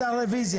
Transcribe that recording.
הרביזיה